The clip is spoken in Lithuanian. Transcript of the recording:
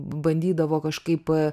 bandydavo kažkaip